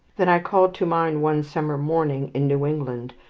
then i called to mind one summer morning in new england,